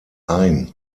ein